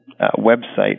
website